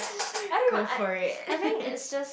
go for it